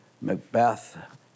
Macbeth